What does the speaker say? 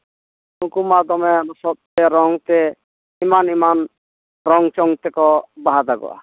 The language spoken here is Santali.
ᱱᱩᱠᱩ ᱢᱟ ᱫᱚᱢᱮ ᱞᱚᱥᱚᱫᱛᱮ ᱨᱚᱝᱛᱮ ᱮᱢᱟᱱ ᱮᱢᱟᱱ ᱨᱚᱝ ᱪᱷᱚᱝ ᱛᱮᱠᱚ ᱵᱟᱦᱟ ᱫᱟᱜᱚᱜᱼᱟ